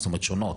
זאת אומרת, שונות.